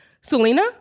Selena